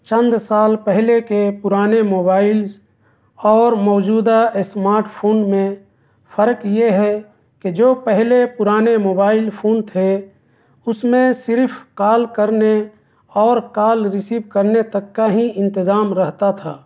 چند سال پہلے کے پرانے موبائلس اور موجودہ اسمارٹ فون میں فرق یہ ہے کہ جو پہلے پرانے موبائل فون تھے اس میں صرف کال کرنے اور کال ریسیو کرنے تک کا ہی انتظام رہتا تھا